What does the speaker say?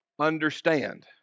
Understand